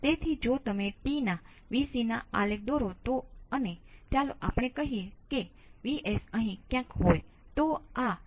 તેથી આપણે તમામ મર્યાદિત વિદ્યુત પ્રવાહ દૂર કરીએ છીએ અને તે અનંતની તુલનામાં નહિવત કોઈપણ મર્યાદિત મૂલ્યોને સ્પષ્ટ રીતે કંઈપણ બદલશે નહીં તે અહીં હેતુ છે